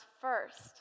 first